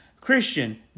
Christian